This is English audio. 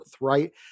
right